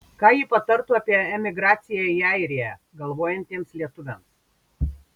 ką ji patartų apie emigraciją į airiją galvojantiems lietuviams